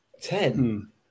Ten